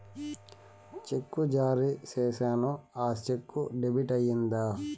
చెక్కు జారీ సేసాను, ఆ చెక్కు డెబిట్ అయిందా